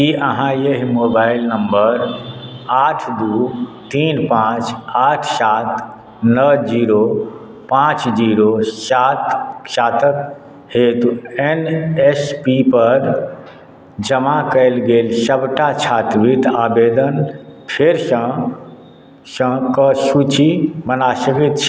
की अहाँ एहि mobile number आठ दू तीन पाँच आठ सात नओ जीरो पाँच जीरो सात सातक हेतु एन एस पी पर जमा कयल गेल सबटा छात्रवृत्ति आवेदन फेरसँ सबके सूचि बना सकैत छी